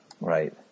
right